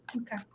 Okay